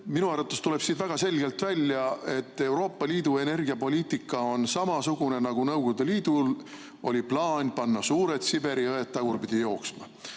minu arvates tuleb siit väga selgelt välja, et Euroopa Liidu energiapoliitika on samasugune, nagu Nõukogude Liidul oli plaan panna suured Siberi jõed tagurpidi jooksma